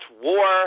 war